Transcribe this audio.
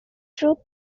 troupe